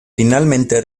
finalmente